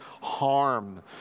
harm